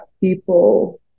people